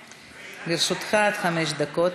לרשותך עד חמש דקות.